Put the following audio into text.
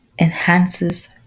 enhances